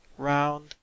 Round